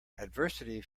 adversity